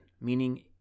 meaning